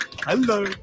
Hello